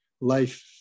life